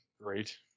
great